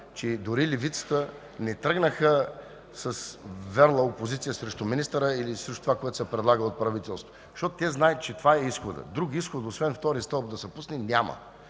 че дори левицата не тръгнаха с върла опозиция срещу министъра или срещу това, което се предлага от правителството, защото те знаят, че това е изходът. Друг изход освен втори стълб да се пусне няма.